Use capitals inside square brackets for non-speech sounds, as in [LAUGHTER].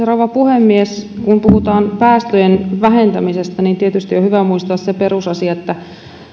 [UNINTELLIGIBLE] rouva puhemies kun puhutaan päästöjen vähentämisestä niin tietysti on hyvä muistaa se perusasia että